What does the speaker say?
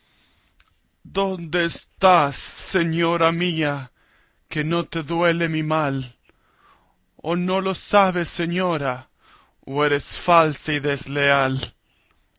donde estás señora mía que no te duele mi mal o no lo sabes señora o eres falsa y desleal